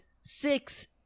six